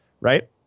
right